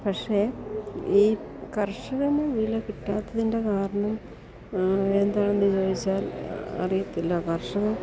പക്ഷേ ഈ കർഷകന് വില കിട്ടാത്തതിൻ്റെ കാരണം എന്താണെന്നു ചോദിച്ചാൽ അറിയത്തില്ല കർഷകർ